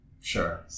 Sure